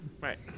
Right